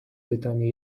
pytanie